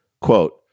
quote